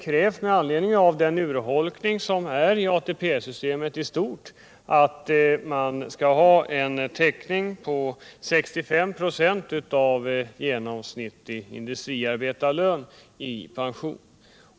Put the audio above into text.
På grund av den urholkning som har skett i ATP-systemet i stort har man från det hållet krävt en täckning för 65 26 av en genomsnittlig industriarbetarlön i pension.